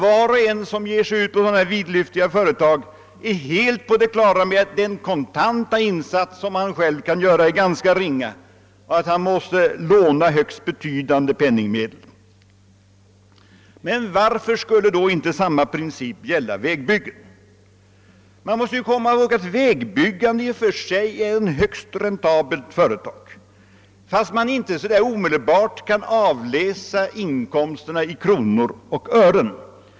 Var och en som ger sig in i sådana vidlyftiga företag är helt på det klara med att den kontanta insats han själv kan göra är ganska ringa och att han måste låna högst betydande penningmedel. Varför skulle inte samma princip gälla vägbyggen? Vi måste komma ihåg att vägbyggandet är ett högst räntabelt företag, fastän vi inte så där omedelbart kan avläsa inkomsterna i kronor och ören.